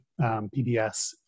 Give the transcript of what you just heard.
PBS